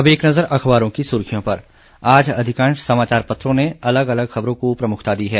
अब एक नज़र अखबारों की सुर्खियों पर आज अधिकांश समाचार पत्रों ने अलग अलग खबरों को प्रमुखता दी है